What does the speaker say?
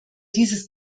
dieses